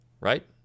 right